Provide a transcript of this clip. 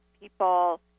people